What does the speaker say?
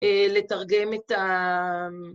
לתרגם את ה...